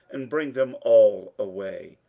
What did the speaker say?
and bring them all away.